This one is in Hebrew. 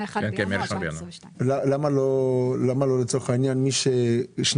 מה-1 בינואר 2022. למה לא מי ששנתיים